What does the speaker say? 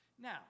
now